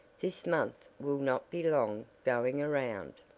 this month will not be long going around.